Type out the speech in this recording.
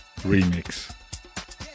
remix